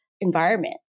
environment